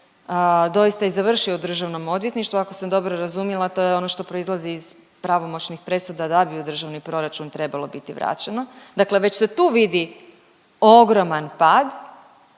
doista i završio u državnom odvjetništvu, ako sam dobro razumjela to je ono što proizlazi iz pravomoćnih presuda da bi u državni proračun trebalo biti vraćeno, dakle već se tu vidi ogroman pad,